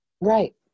Right